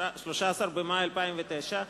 13 במאי 2009,